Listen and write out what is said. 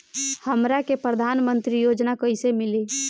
हमरा के प्रधानमंत्री योजना कईसे मिली?